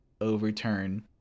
overturn